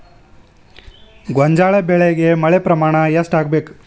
ಗೋಂಜಾಳ ಬೆಳಿಗೆ ಮಳೆ ಪ್ರಮಾಣ ಎಷ್ಟ್ ಆಗ್ಬೇಕ?